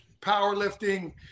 powerlifting